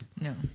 No